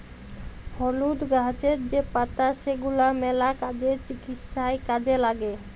হলুদ গাহাচের যে পাতা সেগলা ম্যালা কাজে, চিকিৎসায় কাজে ল্যাগে